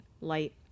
light